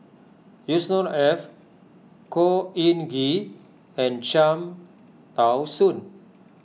Yusnor Ef Khor Ean Ghee and Cham Tao Soon